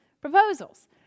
proposals